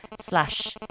slash